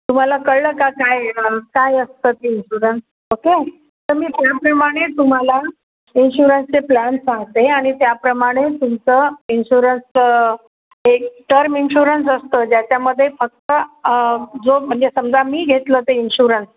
तुम्हाला कळलं का काय काय असतं ते इन्शुरन्स ओके तर मी त्याप्रमाणे तुम्हाला इन्शुरन्सचे प्लॅन सांगते आणि त्याप्रमाणे तुमचं इन्शुरन्सचं एक टर्म इन्शुरन्स असतं ज्याच्यामध्ये फक्त जो म्हणजे समजा मी घेतलं ते इन्शुरन्स